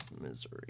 Misery